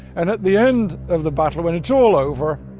and at the end of the battle, when it's all over,